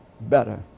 better